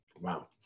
Wow